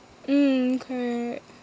mm correct